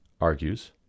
argues